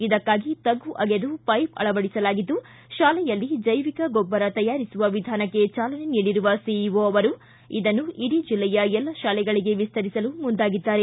ಇದಕ್ಕಾಗಿ ತಗ್ಗು ಅಗೆದು ಪೈಪ್ ಅಳವಡಿಸಲಾಗಿದ್ದು ಶಾಲೆಯಲ್ಲಿ ಜೈವಿಕ ಗೊಬ್ಬರ ತಯಾರಿಸುವ ವಿಧಾನಕ್ಕೆ ಚಾಲನೆ ನೀಡಿರುವ ಸಿಇಒ ಅವರು ಇದನ್ನು ಇಡೀ ಜಿಲ್ಲೆಯ ಎಲ್ಲ ಶಾಲೆಗಳಿಗೆ ವಿಸ್ತರಿಸಲು ಮುಂದಾಗಿದ್ದಾರೆ